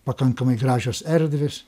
pakankamai gražios erdvės